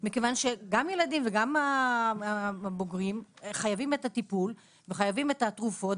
מכיוון שגם הילדים וגם הבוגרים חייבים את הטיפול ואת התרופות,